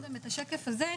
קודם יש את השקף הזה,